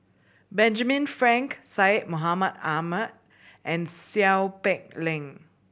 Benjamin Frank Syed Mohamed Ahmed and Seow Peck Leng